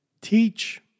Teach